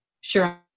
sure